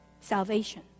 salvation